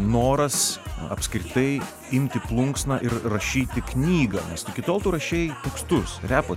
noras apskritai imti plunksną ir rašyti knygą nes iki tol tu rašei tekstus repo